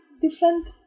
different